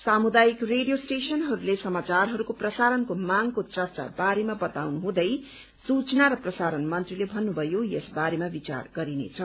सामुदायिक रेडियो स्टेशनहरूले समाचारहरूको प्रसारणको मांग चर्चा बारेमा बताउनु हुँदै सूचना र प्रसारण मन्त्रीले भव्रुभयो यस बारेमा विचार गरिनेछ